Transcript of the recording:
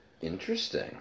Interesting